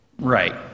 Right